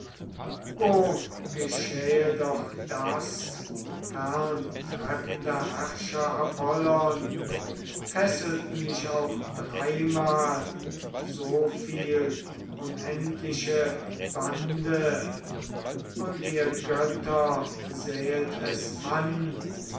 geschähe doch das ferntreffender herrscher apollon fesselten mich auch dreimal so viel unendliche bande und ihr götter sähet es an